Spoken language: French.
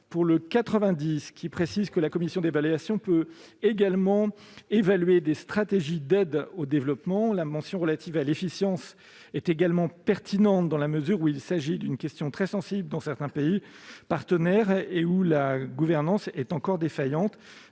pour objet de préciser que la commission d'évaluation peut également évaluer des stratégies d'aide au développement. La mention relative à l'efficience est également pertinente, dans la mesure où il s'agit d'une question très sensible dans certains pays partenaires et où la gouvernance est encore défaillante.